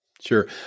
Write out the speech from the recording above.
sure